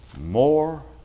more